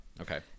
Okay